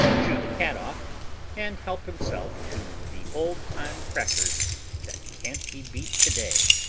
shoo the cat off and help himself to the old-time crackers that can't be beat today.